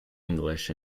english